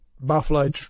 Buffalo